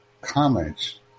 comments